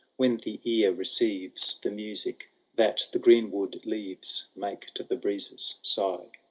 when the ear receives the music that the greenwood leaves make to the breezes sigh.